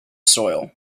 soil